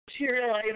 material